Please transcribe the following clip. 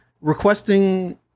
requesting